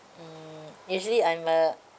mm usually I'm a